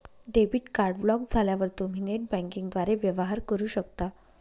debit card block झाल्यावर तुम्ही net बँकिंगद्वारे वेवहार करू शकता